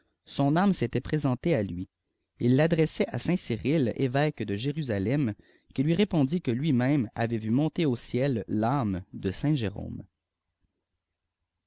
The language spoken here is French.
son àme s'était présentée à lui il l'adressait à saint cyrille évêque de jérusalem cui lui répondit que lui-même avait vu monter au ciel l'âme de